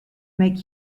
make